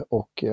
och